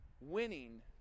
winning